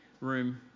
room